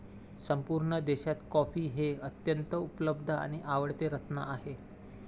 संपूर्ण देशात कॉफी हे अत्यंत उपलब्ध आणि आवडते रत्न आहे